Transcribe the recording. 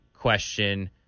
question